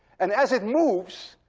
and as it moves,